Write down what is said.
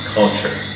culture